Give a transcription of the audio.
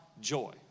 joy